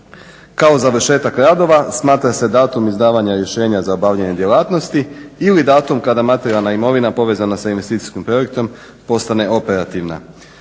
"Kao završetak radova smatra se datum izdavanja rješenja za obavljanje djelatnosti ili datum kada materijalna imovina povezana sa investicijskim projektom postane operativna."